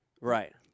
Right